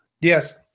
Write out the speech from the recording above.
Yes